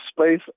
space